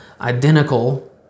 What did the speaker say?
identical